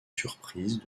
surprise